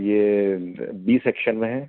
यह B section में है